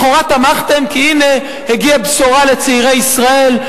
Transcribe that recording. לכאורה, תמכתם כי הנה, הגיעה בשורה לצעירי ישראל.